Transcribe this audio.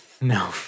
no